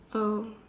oh